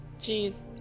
Jeez